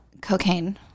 Cocaine